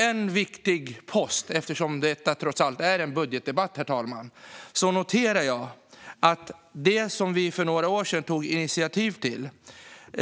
En viktig post - eftersom detta trots allt är en budgetdebatt, herr talman - är det statliga Lärarlönelyftet, som vi för några år sedan tog initiativ till.